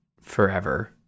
forever